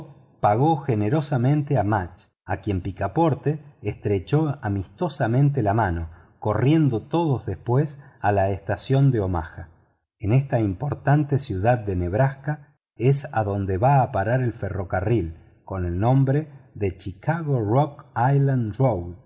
pagó genersamente a mugde a quien picaporte estrechó amistosamente la mano corriendo todos después a la estación de omaha en esta importante ciudad de nebraska es adonde va a parar el ferrocarril con el nombre de chicago rock island